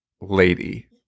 lady